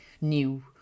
new